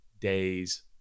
days